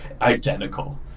identical